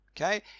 okay